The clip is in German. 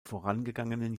vorangegangenen